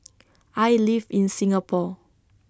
I live in Singapore